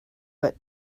but